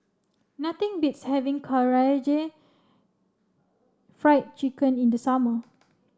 nothing beats having Karaage Fried Chicken in the summer